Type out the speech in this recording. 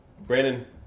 Brandon